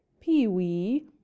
pee-wee